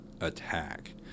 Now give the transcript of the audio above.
attack